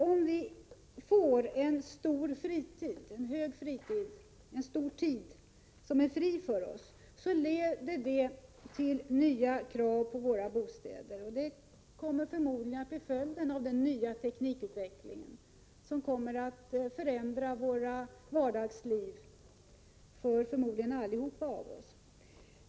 Om vi får mera fritid leder det till nya krav på våra bostäder. Det blir förmodligen följden av den nya teknikutvecklingen, som kommer att förändra vardagslivet för oss alla.